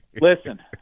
listen